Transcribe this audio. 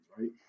Right